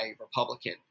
Republican